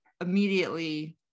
immediately